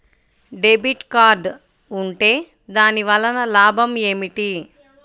Debit card ఉంటే దాని వలన లాభం ఏమిటీ?